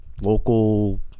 local